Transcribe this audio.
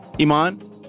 Iman